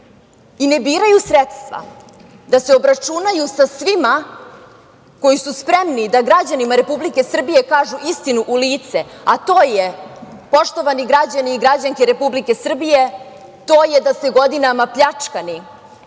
i ne biraju sredstva da se obračunaju sa svima koji su spremni da građanima Republike Srbije kažu istinu u lice, a to je, poštovani građani i građanke Republike Srbije, to je da ste godinama pljačkani,